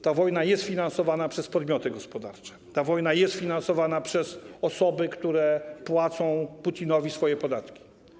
Ta wojna jest finansowana przez podmioty gospodarcze, ta wojna jest finansowana przez osoby, które płacą Putinowi swoje podatki.